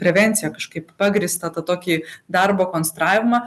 prevencija kažkaip pagrįstą tą tokį darbo konstravimą